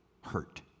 hurt